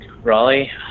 Raleigh